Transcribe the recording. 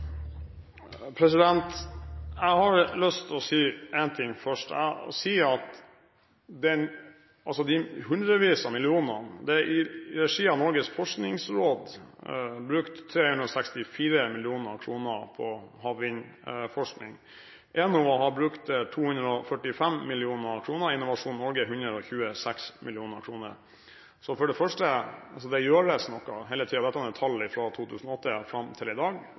Jeg har lyst til å si en ting først – om hundrevis av millioner. Det er i regi av Norges forskningsråd brukt 364 mill. kr på havvindforskning. Enova har brukt 245 mill. kr og Innovasjon Norge 126 mill. kr. Så for det første: Det gjøres noe hele tiden. Dette er jo tall fra 2008 og fram til i dag.